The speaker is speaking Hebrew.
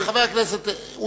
חבר הכנסת,